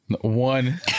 One